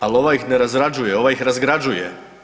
Ali ovaj ih ne razrađuje, ovaj ih razgrađuje.